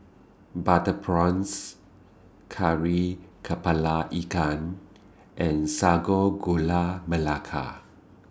Butter Prawns Kari Kepala Ikan and Sago Gula Melaka